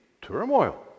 turmoil